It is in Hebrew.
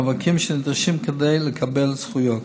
מאבקים שנדרשים כדי לקבל זכויות.